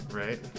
right